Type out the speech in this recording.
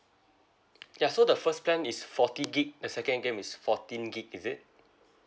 ya so the first plan is forty gig the second game is fourteen gig is it